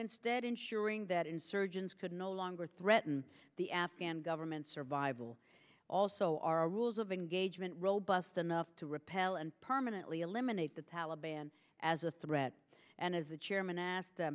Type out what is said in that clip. instead ensuring that insurgents could no longer threaten the afghan government survival also our rules of engagement robust enough to repel and permanently eliminate the taliban as a threat and as the chairman asked